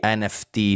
nft